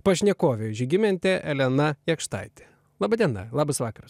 pašnekovė žygimentė elena jakštaitė laba diena labas vakaras